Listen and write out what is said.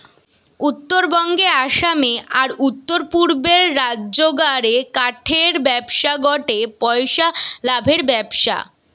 উত্তরবঙ্গে, আসামে, আর উততরপূর্বের রাজ্যগা রে কাঠের ব্যবসা গটে পইসা লাভের ব্যবসা